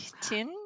tin